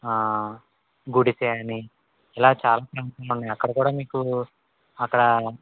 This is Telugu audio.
గుడిసె అని ఇలా చాలా ఉన్నాయ్ అక్కడ కూడ మీకు అక్కడ